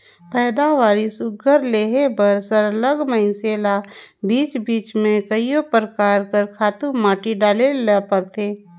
पएदावारी सुग्घर लेहे बर सरलग मइनसे ल बीच बीच में कइयो परकार कर खातू माटी डाले ले परथे